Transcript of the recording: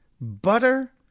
butter